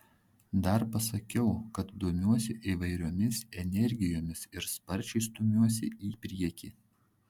dar pasakiau kad domiuosi įvairiomis energijomis ir sparčiai stumiuosi į priekį